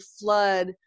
flood